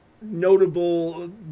notable